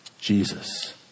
Jesus